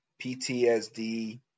PTSD